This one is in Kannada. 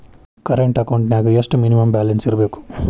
ಕರೆಂಟ್ ಅಕೌಂಟೆಂನ್ಯಾಗ ಎಷ್ಟ ಮಿನಿಮಮ್ ಬ್ಯಾಲೆನ್ಸ್ ಇರ್ಬೇಕು?